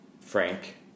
Frank